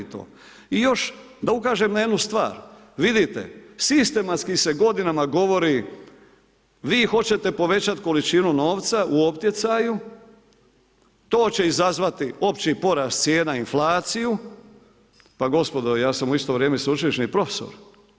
I još da ukažem na jednu stvar, vidite, sistematski se godinama govori, vi hoćete povećat količinu novca u optjecaju će izazvati opći porast cijena, inflaciju, pa gospodo ja sam u isto vrijeme sveučilišni profesor.